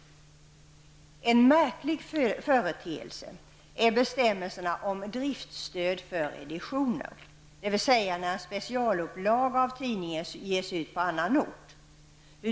En annan märklig företeelse är bestämmelserna om driftsstöd för editioner -- dvs. när en specialupplaga av en tidning ges ut på annan ort.